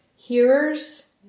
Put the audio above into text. hearers